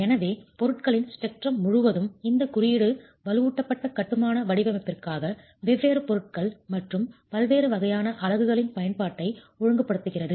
எனவே பொருட்களின் ஸ்பெக்ட்ரம் முழுவதும் இந்த குறியீடு வலுவூட்டப்பட்ட கட்டுமான வடிவமைப்பிற்காக வெவ்வேறு பொருட்கள் மற்றும் பல்வேறு வகையான அலகுகளின் பயன்பாட்டை ஒழுங்குபடுத்துகிறது